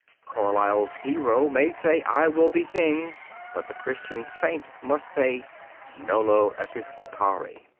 carlyle's hero may say, i will be king but the christian saint must say nolo episcopari.